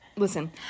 Listen